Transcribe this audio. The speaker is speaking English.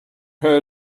her